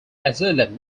asylum